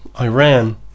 Iran